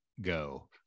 go